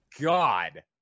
god